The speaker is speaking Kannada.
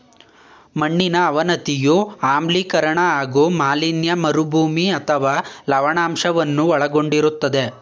ಮಣ್ಣಿನ ಅವನತಿಯು ಆಮ್ಲೀಕರಣ ಹಾಗೂ ಮಾಲಿನ್ಯ ಮರುಭೂಮಿ ಅಥವಾ ಲವಣಾಂಶವನ್ನು ಒಳಗೊಂಡಿರ್ತದೆ